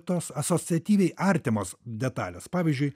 tos asociatyviai artimos detalės pavyzdžiui